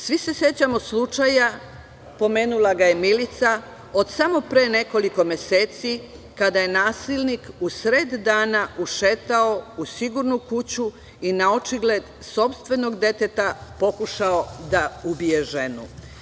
Svi se sećamo slučaja, pomenula ga je Milica, od samo pre nekoliko meseci, kada je nasilnik u sred dana ušetao u sigurnu kuću i na očigled sopstvenog deteta pokušao da ubije ženu.